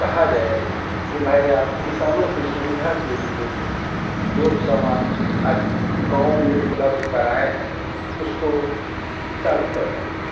कहा जाए जे भाई आप किसानों की सुविधा के लिए जो समान आदि गाँव में उपलब्ध कराएँ हैं उसको चालू करवाइये